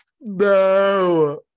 no